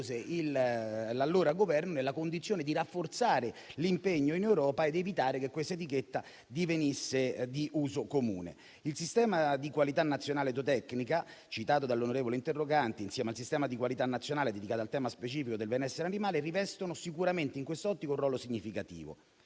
l'allora Governo nella condizione di rafforzare l'impegno in Europa ed evitare che tale etichetta divenisse di uso comune. Il Sistema di qualità nazionale zootecnia, citato dall'onorevole interrogante, insieme al Sistema di qualità nazionale dedicata al tema specifico del benessere animale, rivestono sicuramente in quest'ottica un ruolo significativo.